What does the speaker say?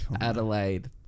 Adelaide